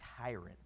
tyrant